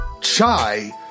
chai